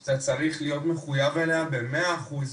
אתה צריך להיות מחוייב אליה במאה אחוז.